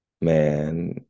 man